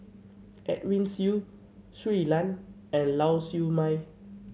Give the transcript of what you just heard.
Edwin Siew Shui Lan and Lau Siew Mei